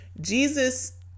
Jesus